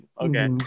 okay